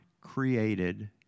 created